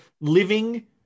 living